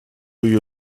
you